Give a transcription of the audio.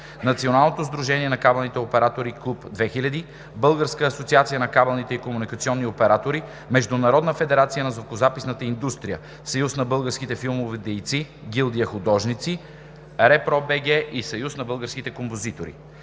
Националното сдружение на кабелните оператори „Клуб 2000”, Българската асоциация на кабелните и комуникационни оператори, Международната федерация на звукозаписната индустрия, Съюза на българските филмови дейци – Гилдия художници, РЕПРО БГ и Съюза на българските композитори.